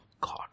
God